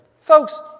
Folks